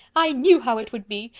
i knew how it would be.